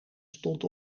stond